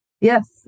Yes